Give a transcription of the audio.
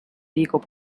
beagle